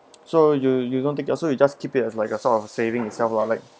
so you you don't take your so you just keep it as like a sort of saving itself lah like